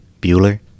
Bueller